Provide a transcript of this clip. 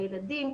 של הילדים.